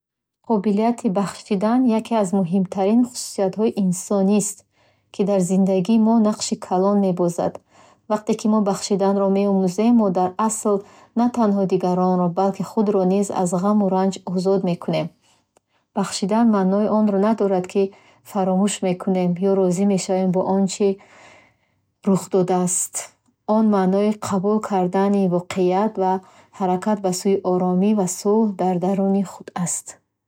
Қобилияти бахшидан яке аз муҳимтарин хусусиятҳои инсонист, ки дар зиндагии мо нақши калон мебозад. Вақте ки мо бахшиданро меомӯзем, мо дар асл на танҳо дигаронро, балки худро низ аз ғаму ранҷ озод мекунем. Бахшидан маънои онро надорад, ки фаромӯш мекунем ё розӣ мешавем бо он чӣ рух додааст. Он маънои қабул кардани воқеият ва ҳаракат ба сӯи оромӣ ва сулҳ дар даруни худ аст.